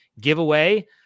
giveaway